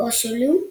"אורשלים אל-קדס".